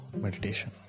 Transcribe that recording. Meditation